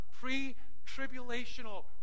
pre-tribulational